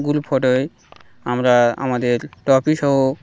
group ফটোয় আমরা আমাদের ট্রফি সহ